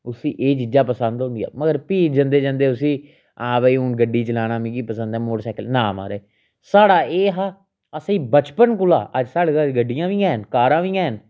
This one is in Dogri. उसी एह् चीजां पसंद होंदियां मगर फ्ही जंदे जंदे उसी हां भाई मिगी हून गड्डी चलाना पसंद ऐ मोटरसाइकल नां महाराज साढ़ा एह् हा असेंई बचपन कोला साढ़े कश गड्डियां बी हैन कारां बी हैन